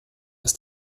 ist